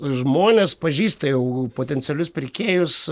žmones pažįsta jau potencialius pirkėjus